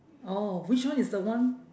oh which one is the one